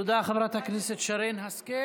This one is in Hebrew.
תודה, חברת הכנסת שרן השכל.